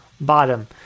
bottom